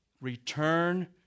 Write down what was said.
return